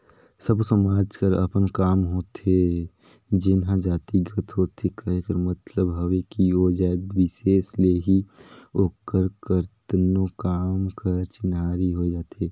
सब्बो समाज कर अपन काम होथे जेनहा जातिगत होथे कहे कर मतलब हवे कि ओ जाएत बिसेस ले ही ओकर करतनो काम कर चिन्हारी होए जाथे